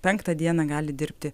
penktą dieną gali dirbti